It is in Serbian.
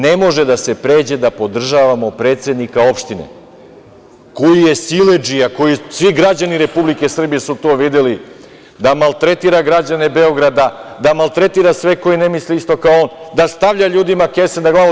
Ne može da se pređe da podržavamo predsednika opštine koji je siledžija, svi građani Republike Srbije su to videli, da maltretira građane Beograda, da maltretira sve koji ne misle isto kao on, da stavlja ljudima kese na glavu.